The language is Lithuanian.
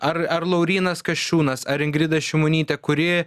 ar ar laurynas kasčiūnas ar ingrida šimonytė kuri